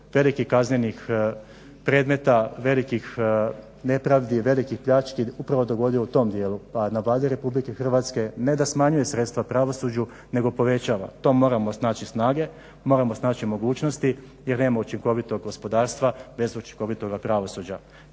velikih kaznenih predmeta, velikih nepravdi, velikih pljački upravo dogodio u tom dijelu, pa je na Vladi Republike Hrvatske ne da smanjuje sredstva pravosuđu, nego povećava, to moramo snaći snage, moramo snaći mogućnosti, jer nema učinkovitog gospodarstva bez učinkovitoga pravosuđa.